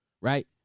Right